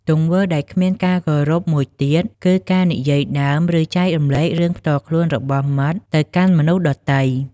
ទង្វើដែលគ្មានការគោរពមួយទៀតគឺការនិយាយដើម ឬចែករំលែករឿងផ្ទាល់ខ្លួនរបស់មិត្តទៅកាន់មនុស្សដទៃ។